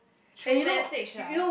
through message ah